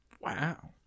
Wow